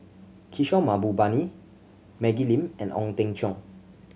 Kishore Mahbubani Maggie Lim and Ong Teng Cheong